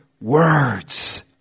words